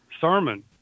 sermon